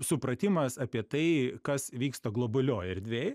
supratimas apie tai kas vyksta globalioj erdvėj